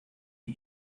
you